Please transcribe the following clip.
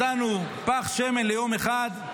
מצאנו פך שמן ליום אחד,